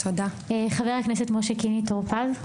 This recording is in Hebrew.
חבר הכנסת משה טור פז.